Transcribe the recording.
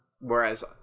Whereas